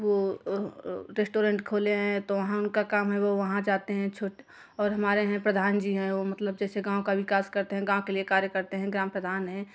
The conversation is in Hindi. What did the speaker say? वो रेस्टोरेंट खोले हैं तो वहाँ उनका काम है वो वहाँ जाते हैं छोट और हमारे हैं प्रधान जी हैं वो मतलब जैसे गाँव का विकास करते हैं गाँव के लिए कार्य करते हैं ग्राम प्रधान हैं